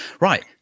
Right